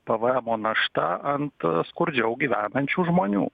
pvemo našta ant skurdžiau gyvenančių žmonių